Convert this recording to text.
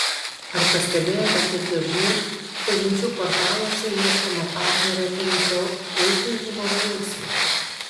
ar pastebėjote kaip dažnai pažinčių portaluose ieškoma partnerio turinčio puikų humoro jausmą